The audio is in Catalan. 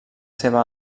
seva